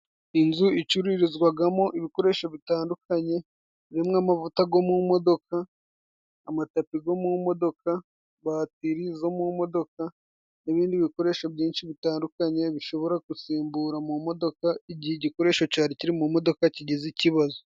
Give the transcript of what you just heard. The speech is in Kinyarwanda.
Inzu icururizwagamo ibikoresho bitandukanye birimo amavuta go mu modoka, amatapi go mu modoka, batiri zo mu modoka n'ibindi bikoresho byinshi bitandukanye, bishobora gusimbura mu modoka igihe igikoresho cyari kiri mu modoka kigize ikibazo.